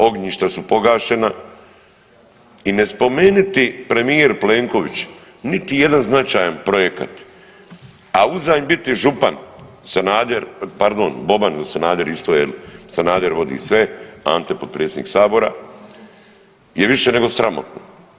Ognjišta su pogašena i ne spomeniti premijer Plenković niti jedan značajan projekat, a uza nj biti župan Sanader, pardon, Boban ili Sanader, isto jel Sanader vodi sve, Ante, potpredsjednik Sabora je više nego sramotno.